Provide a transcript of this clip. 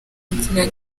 agira